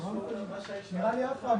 ערוץ פרונטלי, ערוץ מקוון.